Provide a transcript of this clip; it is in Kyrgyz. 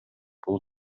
бул